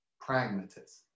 pragmatist